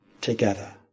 together